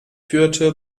führte